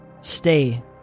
stay